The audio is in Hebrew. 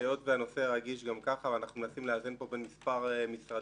היות והנושא רגיש גם כך ואנחנו מנסים לאזן פה בין מספר משרדים,